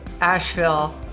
Asheville